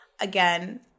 again